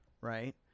right